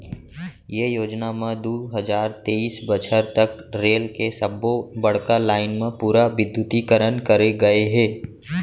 ये योजना म दू हजार तेइस बछर तक रेल के सब्बो बड़का लाईन म पूरा बिद्युतीकरन करे गय हे